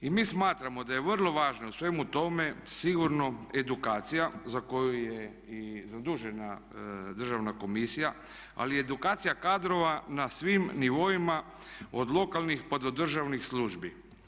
I mi smatramo da je vrlo važno u svemu tome sigurno edukacija za koju je i zadužena Državna komisija, ali i edukacija kadrova na svim nivoima od lokalnih pa do državnih službi.